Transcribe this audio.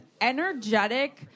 energetic